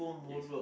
yes